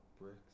bricks